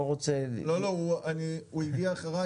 לא, הוא הגיע אחריי.